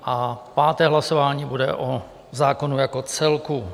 A páté hlasování o zákonu jako celku.